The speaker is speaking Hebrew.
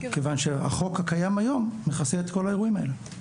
כיוון שהחוק הקיים היום מכסה את כל האירועים האלה.